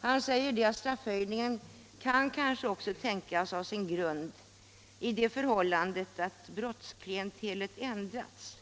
Han säger att straffhöjningen även kan tänkas ha sin grund i det förhållandet att brottsklientelet ändrats,